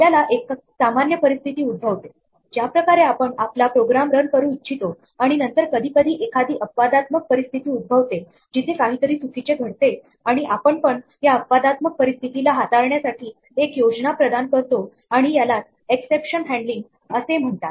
आपल्याला एक सामान्य परिस्थिती उद्भवते ज्याप्रकारे आपण आपल्या प्रोग्राम रन करू इच्छिता आणि नंतर कधीकधी एखादी अपवादात्मक परिस्थिती उद्भवते जिथे काही तरी चुकीचे घडते आणि आपण पण या अपवादात्मक परिस्थितीला हाताळण्यासाठी एक योजना प्रदान करतो आणि यालाच एक्सेप्शन हॅण्डलिंग असे म्हणतात